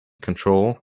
control